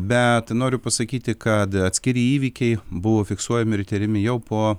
bet noriu pasakyti kad atskiri įvykiai buvo fiksuojami ir tiriami jau po